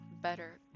better